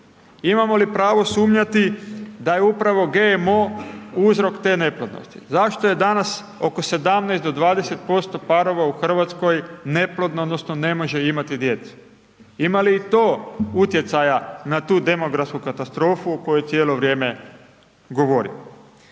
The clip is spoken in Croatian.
Imamo li pravo sumnjati da je u pravo GMO uzrok te neplodnosti? Zašto je danas oko 17-20% parova u Hrvatskoj, neplodno odnosno, ne može imati djece? Ima li i to utjecaja na tu demografsku katastrofu, koju cijelo vrijeme govorim.